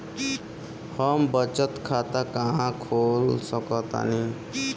हम बचत खाता कहां खोल सकतानी?